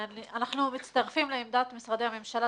גם בשיעורים.